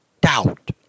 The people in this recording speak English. doubt